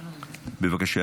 בבקשה.